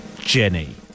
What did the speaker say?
Jenny